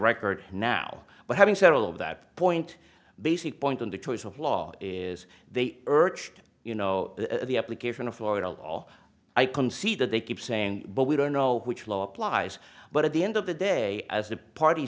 record now but having said all of that point basic point in the choice of law is they urged you know the application of florida law all i can see that they keep saying but we don't know which law applies but at the end of the day as the party